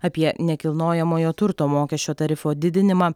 apie nekilnojamojo turto mokesčio tarifo didinimą